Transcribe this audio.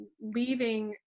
leaving